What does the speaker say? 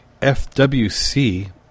fwc